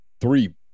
three